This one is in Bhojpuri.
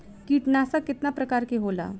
कीटनाशक केतना प्रकार के होला?